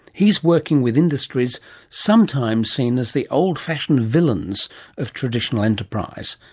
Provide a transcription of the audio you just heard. he's working with industries sometimes seen as the old fashioned villains of traditional enterprise.